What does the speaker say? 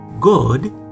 God